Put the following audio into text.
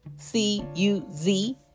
C-U-Z